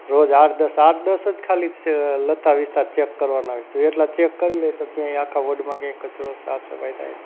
રોજ આઠ દસ આઠ દસ જ ખાલી લતા વિસ્તાર ચેક કરવાના હોય જો એટલા ચેક કરી લે તો ક્યાંય આખા વર્લ્ડમાં ક્યાંય કચરો સાફસફાઈ થાય